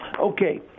Okay